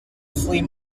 flea